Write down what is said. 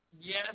yes